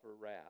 wrath